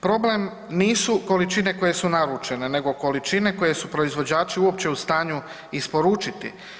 Problem nisu količine koje su naručene nego količine koje su proizvođači uopće u stanju isporučiti.